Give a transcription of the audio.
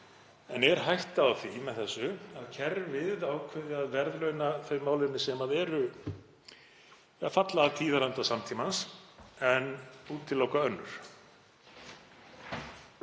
en er hætta á því með þessu að kerfið ákveði að verðlauna þau málefni sem falla að tíðaranda samtímans en útiloka önnur?